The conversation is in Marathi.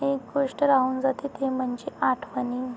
एक गोष्ट राहून जाते ते म्हणजे आठवणी